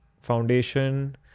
foundation